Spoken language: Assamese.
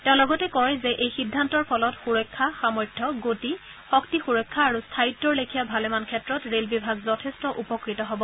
তেওঁ লগতে কয় যে এই সিদ্ধান্তৰ ফলত সুৰক্ষা সামৰ্থ্য গতি শক্তি সুৰক্ষা আৰু স্থায়িত্ৰ লেখীয়া ভালেমান ক্ষেত্ৰত ৰে'লবিভাগ যথেষ্ট উপকূত হ'ব